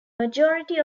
majority